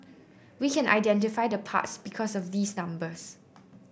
we can identify the parts because of these numbers